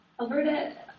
Alberta